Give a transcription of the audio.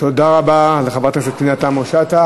תודה רבה לחברת הכנסת פנינה תמנו-שטה.